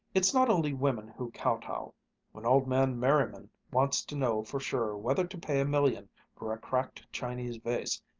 it's not only women who kowtow when old man merriman wants to know for sure whether to pay a million for a cracked chinese vase,